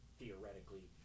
theoretically